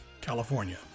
California